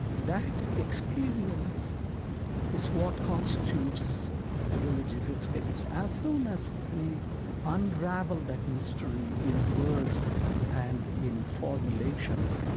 that experience is what constitutes the religious experience. as soon as we unravel that mystery in words and in formulations,